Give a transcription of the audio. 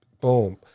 boom